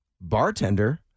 Bartender